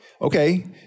Okay